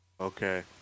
Okay